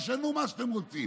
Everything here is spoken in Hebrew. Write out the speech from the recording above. תשנו מה שאתם רוצים.